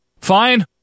Fine